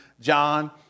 John